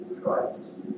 Christ